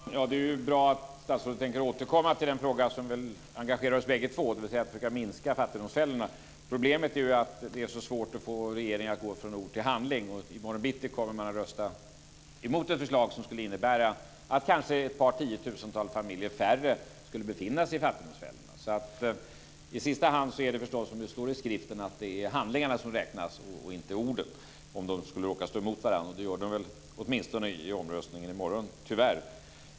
Fru talman! Det är bra att statsrådet tänker återkomma till den fråga som engagerar oss bägge två, dvs. att försöka minska fattigdomsfällorna. Problemet är att det är så svårt att få regeringen att gå från ord till handling. I morgon bitti kommer man att rösta emot det förslag som skulle innebära att kanske ett par tiotusental familjer färre skulle befinna sig i fattigdomsfällorna. I sista hand är det förstås som det står i skriften, att det är handlingarna som räknas och inte orden, om de skulle råka stå emot varandra, och det gör de väl, åtminstone i omröstningen i morgon - tyvärr.